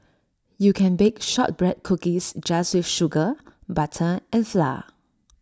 you can bake Shortbread Cookies just with sugar butter and flour